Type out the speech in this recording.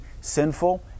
sinful